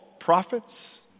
prophets